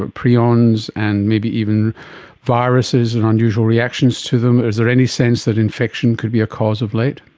ah prions and maybe even viruses and unusual reactions to them. is there any sense that infection could be a cause of late?